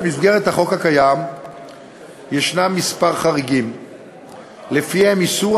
במסגרת החוק הקיים יש כמה חריגים שלפיהם איסור